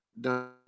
Done